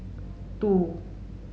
two